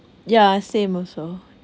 ya same also